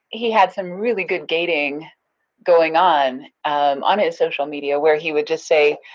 he had some really good gating going on on his social media where he would just say,